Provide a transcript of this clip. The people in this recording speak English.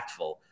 impactful